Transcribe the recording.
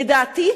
לדעתי,